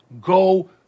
go